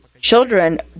children